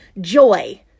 joy